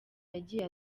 yagiye